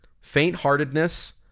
faint-heartedness